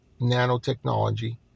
nanotechnology